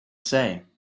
say